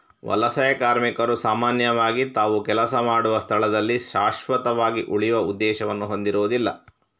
ವಲಸೆ ಕಾರ್ಮಿಕರು ಸಾಮಾನ್ಯವಾಗಿ ತಾವು ಕೆಲಸ ಮಾಡುವ ಸ್ಥಳದಲ್ಲಿ ಶಾಶ್ವತವಾಗಿ ಉಳಿಯುವ ಉದ್ದೇಶವನ್ನು ಹೊಂದಿರುದಿಲ್ಲ